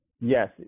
yes